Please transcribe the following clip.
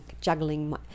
juggling